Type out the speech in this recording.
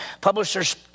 Publishers